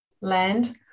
land